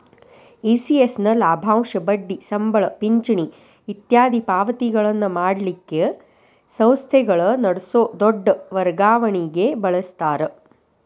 ECS ನ ಲಾಭಾಂಶ, ಬಡ್ಡಿ, ಸಂಬಳ, ಪಿಂಚಣಿ ಇತ್ಯಾದಿ ಪಾವತಿಗಳನ್ನ ಮಾಡಲಿಕ್ಕ ಸಂಸ್ಥೆಗಳ ನಡಸೊ ದೊಡ್ ವರ್ಗಾವಣಿಗೆ ಬಳಸ್ತಾರ